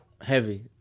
heavy